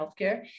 healthcare